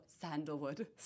Sandalwood